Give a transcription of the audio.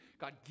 God